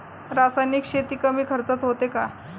रासायनिक शेती कमी खर्चात होते का?